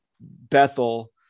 Bethel